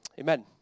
Amen